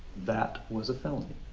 that was a felony.